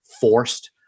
forced